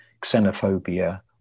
xenophobia